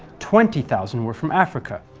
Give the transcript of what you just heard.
twenty thousand were from africa,